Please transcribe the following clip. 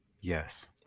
Yes